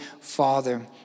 Father